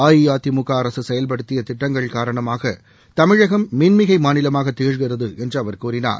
அஇஅதிமுக அரசு செயல்படுத்திய திட்டங்கள் காரணமாக தமிழகம் மின்மிகை மாநிலமாக திகழ்கிறது என்று அவர் கூறினார்